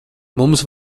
mums